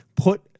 Put